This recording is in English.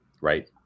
right